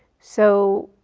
so,